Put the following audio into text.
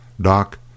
Doc